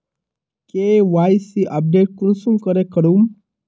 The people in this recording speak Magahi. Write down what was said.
के.वाई.सी अपडेट कुंसम करे करूम?